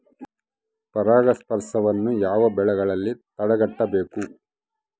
ಪರಾಗಸ್ಪರ್ಶವನ್ನು ಯಾವ ಬೆಳೆಗಳಲ್ಲಿ ತಡೆಗಟ್ಟಬೇಕು?